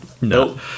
Nope